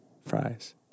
fries